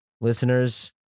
Listeners